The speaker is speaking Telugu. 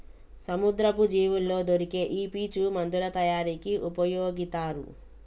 సముద్రపు జీవుల్లో దొరికే ఈ పీచు మందుల తయారీకి ఉపయొగితారు